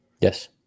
yes